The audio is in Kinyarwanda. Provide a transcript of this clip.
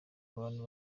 abantu